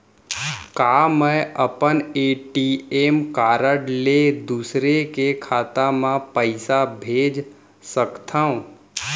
का मैं अपन ए.टी.एम कारड ले दूसर के खाता म पइसा भेज सकथव?